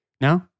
No